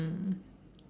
mm